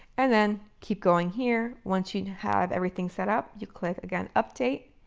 and then keep going here. once you have everything set up, you click again, update,